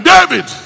David